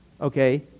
okay